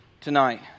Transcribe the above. tonight